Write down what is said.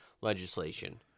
legislation